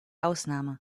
ausnahme